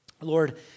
Lord